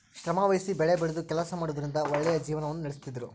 ಶ್ರಮವಹಿಸಿ ಬೆಳೆಬೆಳೆದು ಕೆಲಸ ಮಾಡುವುದರಿಂದ ಒಳ್ಳೆಯ ಜೀವನವನ್ನ ನಡಿಸ್ತಿದ್ರು